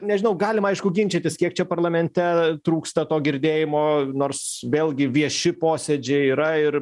nežinau galima aišku ginčytis kiek čia parlamente trūksta to girdėjimo nors vėlgi vieši posėdžiai yra ir